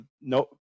no